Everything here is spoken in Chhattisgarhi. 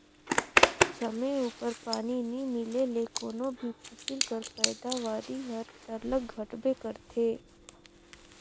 समे उपर पानी नी मिले ले कोनो भी फसिल कर पएदावारी हर सरलग घटबे करथे